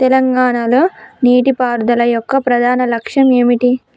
తెలంగాణ లో నీటిపారుదల యొక్క ప్రధాన లక్ష్యం ఏమిటి?